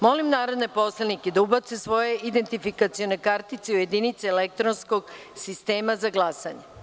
Molim narodne poslanike da ubace svoje identifikacione kartice u jedinice elektronskog sistema za glasanje.